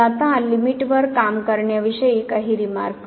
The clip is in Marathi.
तर आता लिमिट वर काम करण्याविषयी काही रिमार्क